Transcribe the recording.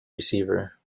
receiver